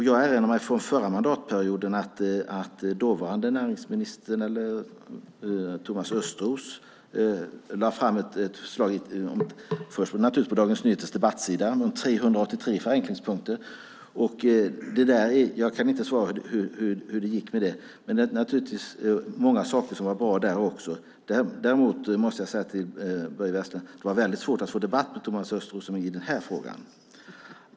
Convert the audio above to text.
Jag erinrar mig från förra mandatperioden att dåvarande näringsministern Thomas Östros lade fram ett förslag - först stod det naturligtvis på Dagens Nyheters debattsida - om 383 förenklingspunkter. Jag kan inte svara på hur det gick med det. Det fanns naturligtvis många saker som var bra där. Däremot måste jag säga till Börje Vestlund: Det var väldigt svårt att få en debatt med Thomas Östros i den här frågan.